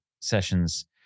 sessions